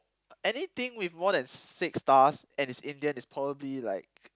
anything with more than six stars and is Indian is probably like